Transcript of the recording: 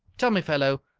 tell me, fellow,